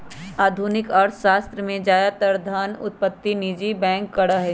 आधुनिक अर्थशास्त्र में ज्यादातर धन उत्पत्ति निजी बैंक करा हई